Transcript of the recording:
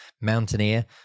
Mountaineer